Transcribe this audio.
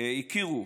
בעולם הכירו